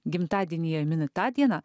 gimtadienį jie mini tą dieną